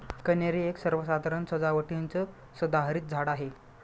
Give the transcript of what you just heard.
कन्हेरी एक सर्वसाधारण सजावटीचं सदाहरित झाड आहे